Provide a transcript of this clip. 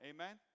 Amen